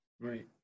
right